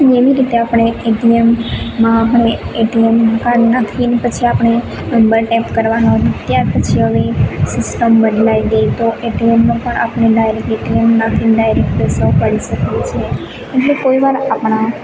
એવી રીતે આપણે એટીએમ માં હવે એટીએમ કાર્ડ નાખીને પછી આપણે નંબર ટાઈપ કરવાનો હોય ત્યાર પછી હવે સિસ્ટમ બદલાઈ ગઈ તો એટીએમનું પણ આપણે ડાયરેક એટીએમ નાખી ડાયરેક પૈસા ઉપાડી શકીએ છીએ અને કોઈવાર આપણા